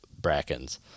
brackens